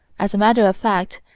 as a matter of fact,